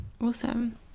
Awesome